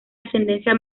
ascendencia